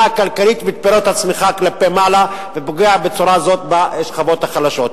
הכלכלית ואת פירות הצמיחה כלפי מעלה ופוגע בצורה זאת בשכבות החלשות.